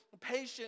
patient